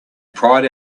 pride